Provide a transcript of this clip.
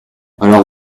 alors